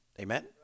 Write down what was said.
Amen